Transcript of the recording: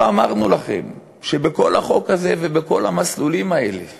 לא אמרנו לכם שבכל החוק הזה ובכל המסלולים האלה